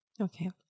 okay